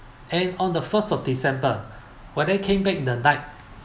and on the first of december when I came back in the night